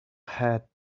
had